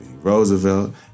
Roosevelt